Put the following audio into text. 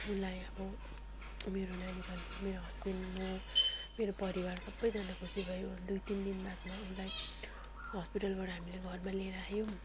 उलाई अब मेरो नानी जन्मियो मेरो हस्बेन्ड म मेरो परिवार सबौजना खुसी भयो दुई तिन दिन बादमा उलाई हस्पिटलबाट हामीले घरमा लिएर आयौँ